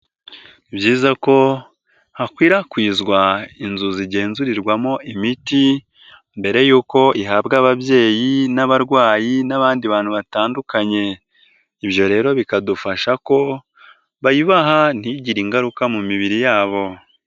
Byiza ko hakwirakwizwa inzu zigenzurirwamo imiti, mbere y'uko ihabwa ababyeyi n'abarwayi n'abandi bantu batandukanye. Ibyo rero bikadufasha ko bayibaha ntigire ingaruka mu mibiri yabo.